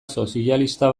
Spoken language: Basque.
sozialista